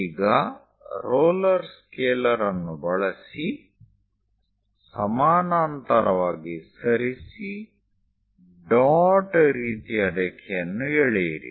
ಈಗ roller scaler ಅನ್ನು ಬಳಸಿ ಸಮಾನಾಂತರವಾಗಿ ಸರಿಸಿ ಡಾಟ್ ರೀತಿಯ ರೇಖೆಯನ್ನು ಎಳೆಯಿರಿ